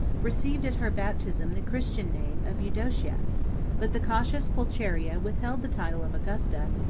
received at her baptism the christian name of eudocia but the cautious pulcheria withheld the title of augusta,